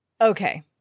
Okay